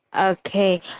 okay